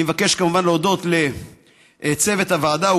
אני מבקש כמובן להודות לצוות הוועדה,